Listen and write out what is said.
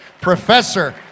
professor